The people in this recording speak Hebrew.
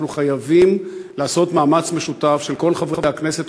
אנחנו חייבים לעשות מאמץ משותף של כל חברי הכנסת